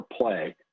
play